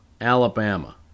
Alabama